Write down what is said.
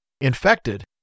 infected